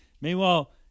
Meanwhile